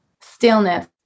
Stillness